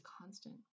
constant